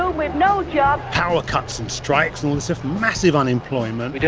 you know yeah power cuts and strikes and massive unemployment.